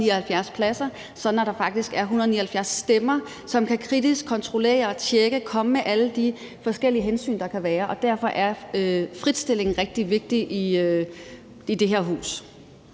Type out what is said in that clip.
179 pladser, sådan at der faktisk er 179 stemmer, som kritisk kan kontrollere, tjekke, komme med alle de forskellige hensyn, der kan være. Og derfor er fritstilling rigtig vigtig i det her hus.